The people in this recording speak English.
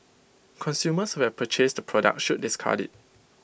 consumers who have purchased the product should discard IT